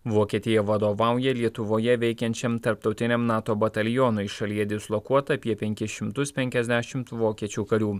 vokietija vadovauja lietuvoje veikiančiam tarptautiniam nato batalionui šalyje dislokuota apie penkis šimtus penkiasdešimt vokiečių karių